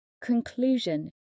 Conclusion